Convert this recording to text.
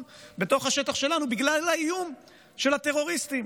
בתוך השטח שלנו בגלל האיום של הטרוריסטים.